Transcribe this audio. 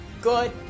good